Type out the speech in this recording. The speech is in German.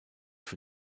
für